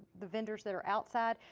the vendors that are outside,